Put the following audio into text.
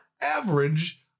average